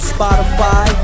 Spotify